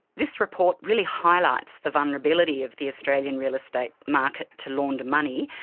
this report really highlights the vulnerability of the australian real estate market to launder money,